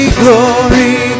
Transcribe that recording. glory